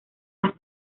las